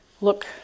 look